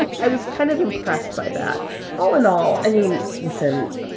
i was kind of impressed by that all in all, i mean, listen,